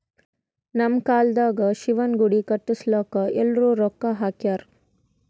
ನಮ್ ಕಾಲ್ದಾಗ ಶಿವನ ಗುಡಿ ಕಟುಸ್ಲಾಕ್ ಎಲ್ಲಾರೂ ರೊಕ್ಕಾ ಹಾಕ್ಯಾರ್